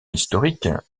historique